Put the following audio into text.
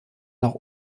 nach